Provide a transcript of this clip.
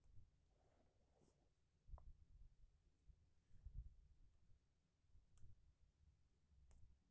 cultural entrepreneurship में personal सृजनात्मकता के वैयक्तिक ब्रांड के बड़ा पैमाना पर निर्माण हो सकऽ हई